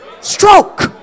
Stroke